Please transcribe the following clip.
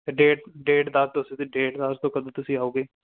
date date ਦੱਸ ਦਿਉ ਤੁਸੀਂ ਡੇਟ ਦੱਸ ਦਿਉ ਕਦੋਂ ਤੁਸੀਂ ਆਓਗੇ